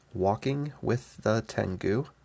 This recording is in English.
walkingwiththetengu